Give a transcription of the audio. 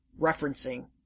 referencing